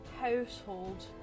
household